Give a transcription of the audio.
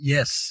Yes